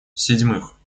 седьмых